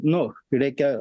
nu reikia